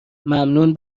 ممنون